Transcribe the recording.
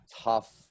tough